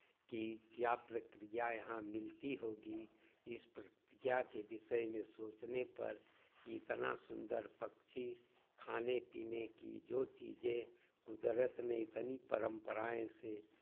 की क्या प्रक्रिया यहाँ मिलती होगी इस प्रतिक्रिया के विषय में सोचने पर कि इतना सुंदर पक्षी खाने पीने की जो चीज़ें कुदरत ने इतनी परम्पराएँ से